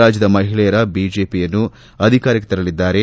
ರಾಜ್ಲದ ಮಹಿಳೆಯರು ಬಿಜೆಪಿಯನ್ನು ಅಧಿಕಾರಕ್ಷೆ ತರಲಿದ್ದಾರೆ